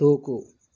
దూకు